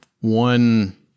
one